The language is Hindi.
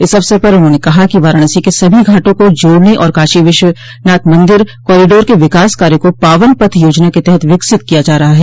इस अवसर पर उन्होंने कहा कि वाराणसी के सभी घाटों को जोडने और काशी विश्वनाथ मंदिर कॉरिडोर के विकास कार्य को पावन पथ योजना के तहत विकसित किया जा रहा है